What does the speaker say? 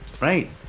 right